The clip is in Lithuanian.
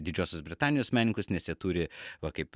didžiosios britanijos menininkus nes jie turi va kaip